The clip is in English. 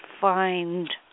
find